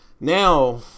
Now